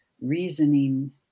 reasoning